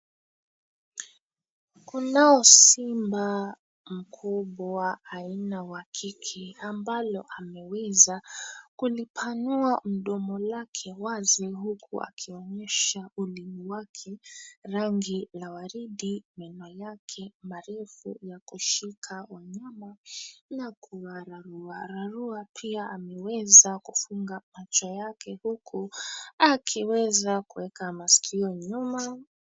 Kunao simba mkubwa aina wa kike ambalo ameweza kulipanua mdomo lake wazi huku akionyesha ulimi wake rangi la waridi meno yake marefu ya kushika wanyama na kuwararuararua pia ameweza kufunga macho yake huku akiweza kuweka masikio nyuma.